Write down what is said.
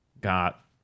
got